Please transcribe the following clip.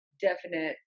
definite